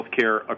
healthcare